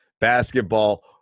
basketball